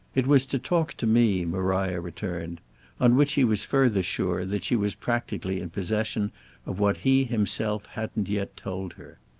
it was to talk to me, maria returned on which he was further sure that she was practically in possession of what he himself hadn't yet told her.